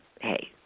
hey